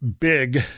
big